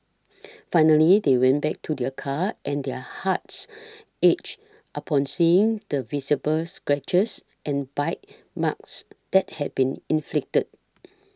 finally they went back to their car and their hearts ached upon seeing the visible scratches and bite marks that had been inflicted